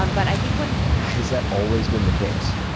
um but i think when has that always been the case?